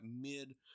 mid